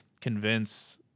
convince